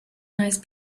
nice